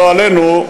לא עלינו,